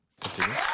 Continue